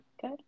good